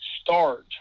start